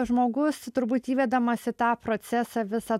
žmogus turbūt įvedamas į tą procesą visą